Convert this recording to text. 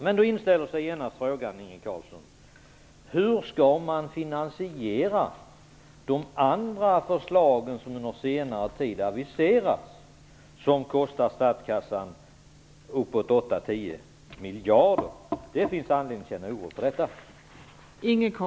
Men då inställer sig genast frågan, Inge Carlsson: Hur skall man finansiera de andra förslag som under senare tid aviserats och som kostar statskassan uppåt 8-10 miljarder? Det finns anledning att känna oro för detta.